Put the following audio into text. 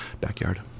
backyard